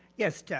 yes, yeah